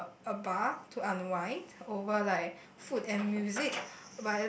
a a bar to unwind over like food and music